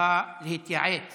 צריכה להתייעץ